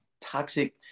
toxic